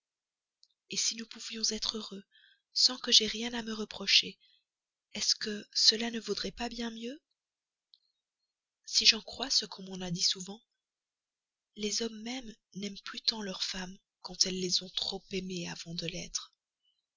et si nous pouvions être heureux sans que j'aie rien à me reprocher est-ce que cela ne vaudrait pas bien mieux si j'en crois ce qu'on m'a dit souvent les hommes même n'aiment plus tant leurs femmes quand elles les ont trop aimés avant de l'être